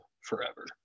forever